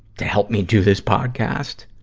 to help me do this podcast,